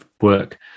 work